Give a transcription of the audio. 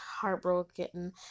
heartbroken